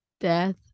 death